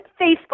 Facebook